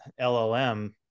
llm